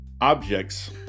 objects